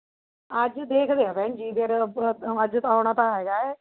ਅੱਜ ਦੇਖਦੇ ਹਾਂ ਭੈਣ ਜੀ ਫਿਰ ਅੱਜ ਤਾਂ ਆਉਣਾ ਤਾਂ ਹੈਗਾ ਏ